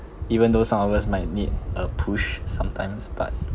even though some of us might need a push sometimes but